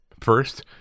First